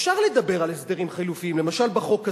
אפשר לדבר על הסדרים חלופיים, למשל בחוק הזה,